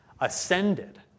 ascended